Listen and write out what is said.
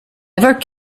ever